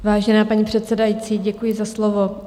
Vážená paní předsedající, děkuji za slovo.